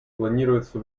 планируется